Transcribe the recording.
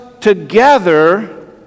together